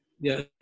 Yes